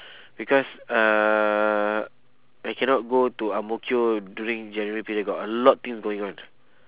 because uh I cannot go to ang mo kio during january period got a lot things going on